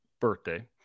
birthday